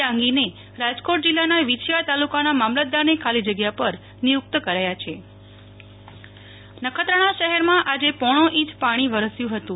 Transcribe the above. ડાંગીને રાજકોટ જિલ્લાના વિછીયા તાલુકાના મામલતદારની જગ્યા પર નિયુક્ત કરાયા છે નેહ્લ ઠક્કર નખત્રાણા વરસાદ નખત્રાણા શહેરમાં આજે પોણી ઇંચ પાણી વરસ્યું હતું